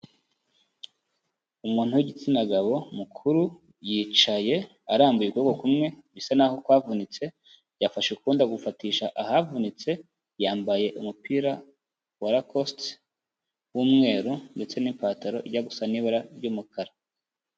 Umuntu w'igitsina gabo mukuru, yicaye arambuye ukuboko kumwe bisa naho kwavunitse, yafashe ukundi agufatisha ahavunitse, yambaye umupira wa lakosite w'umweru ndetse n'ipantaro ijya gusa n'ibara ry'umukara.